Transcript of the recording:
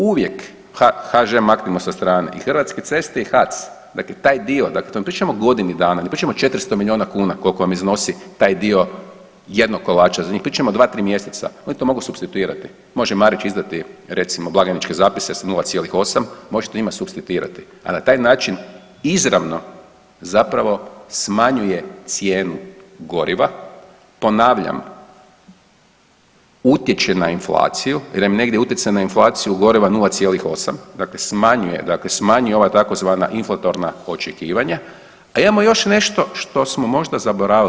Uvijek HŽ maknimo sa strane i Hrvatske ceste i HAC dakle taj dio, dakle to ne pričamo o godini dana, ne pričamo o 400 miliona kuna koliko vam iznosi taj dio jednog kolača za njih, pričamo o 2-3 mjeseca oni to mogu supstituirati, može Marić izdati recimo blagajničke zapise s 0,8 možete njima supstituirati, a na taj način izravno zapravo smanjuje cijenu goriva, ponavljam, utječe na inflaciju jer je negdje utjecaj na inflaciju goriva 0,8, dakle smanjuje ova tzv. inflatorna očekivanja, a imamo još nešto što smo možda zaboravili.